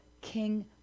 king